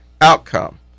outcome